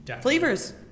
Flavors